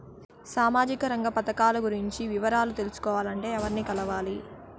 సామాజిక రంగ పథకాలు గురించి వివరాలు తెలుసుకోవాలంటే ఎవర్ని కలవాలి?